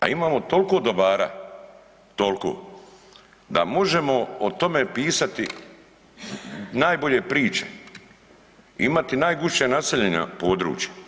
A imamo toliko dobara, tolko da možemo o tome pisati najbolje priče, imati najgušće naseljena područja.